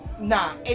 Nah